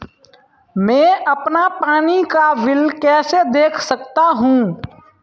मैं अपना पानी का बिल कैसे देख सकता हूँ?